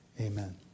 Amen